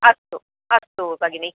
अस्तु अस्तु भगिनि